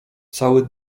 cały